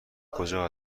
کجا